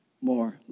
more